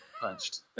punched